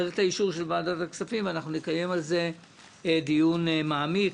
צריך את האישור של ועדת הכספים אנחנו נקיים על זה דיון מעמיק.